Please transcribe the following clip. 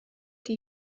die